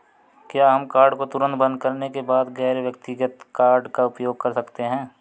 क्या हम कार्ड को तुरंत बंद करने के बाद गैर व्यक्तिगत कार्ड का उपयोग कर सकते हैं?